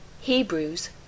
Hebrews